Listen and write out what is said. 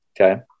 Okay